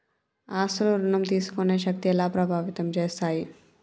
ఆస్తుల ఋణం తీసుకునే శక్తి ఎలా ప్రభావితం చేస్తాయి?